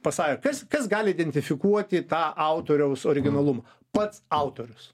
pasakė kas kas gali identifikuoti tą autoriaus originalumą pats autorius